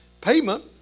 payment